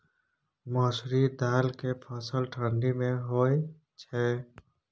मसुरि दाल के फसल ठंडी मे होय छै?